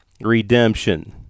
redemption